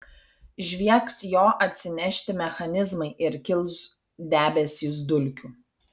žviegs jo atsinešti mechanizmai ir kils debesys dulkių